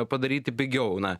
padaryti pigiau na